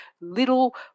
little